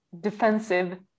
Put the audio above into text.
defensive